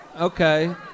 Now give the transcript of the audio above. Okay